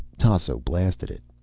tasso blasted it.